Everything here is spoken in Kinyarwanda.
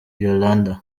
yolanda